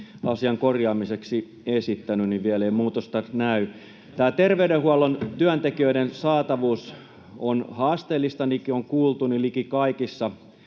asian korjaamiseksi esittänyt, niin vielä ei muutosta näy. Terveydenhuollon työntekijöiden saatavuus on haasteellista. Niin kuin on kuultu, liki kaikissa